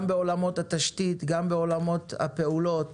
בעולמות התשתית, בעולמות הפעולות